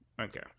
Okay